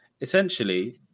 essentially